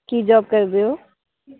ਕੀ job ਕਰਦੇ ਹੋ